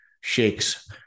shakes